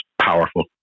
powerful